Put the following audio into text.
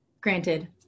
granted